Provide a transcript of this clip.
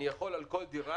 אני יכול על כל דירה,